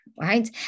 Right